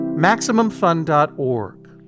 MaximumFun.org